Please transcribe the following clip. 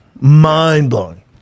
Mind-blowing